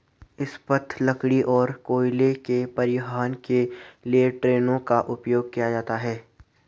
इस्पात, लकड़ी और कोयले के परिवहन के लिए ट्रेनों का उपयोग किया जाता है